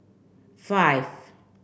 five